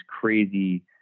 crazy